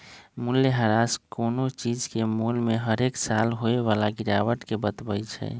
मूल्यह्रास कोनो चीज के मोल में हरेक साल होय बला गिरावट के बतबइ छइ